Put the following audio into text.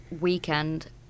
weekend